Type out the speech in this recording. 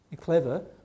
clever